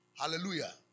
Hallelujah